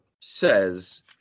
says